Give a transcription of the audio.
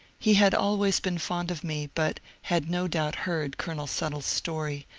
he had always been fond of me, but had no doubt heard colonel suttle's story,